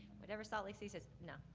whatever salt lake city says, no,